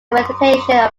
meditation